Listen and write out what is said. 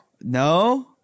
No